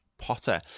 Potter